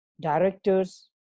directors